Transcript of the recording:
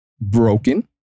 broken